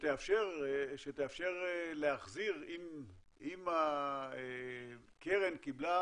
שתאפשר להחזיר אם הקרן קיבלה